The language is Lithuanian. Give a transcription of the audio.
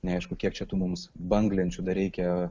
neaišku kiek čia tu mums banglenčių dar reikia